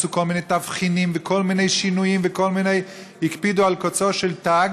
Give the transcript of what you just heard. עשו כל מיני תבחינים וכל מיני שינויים והקפידו על תוצאות של תג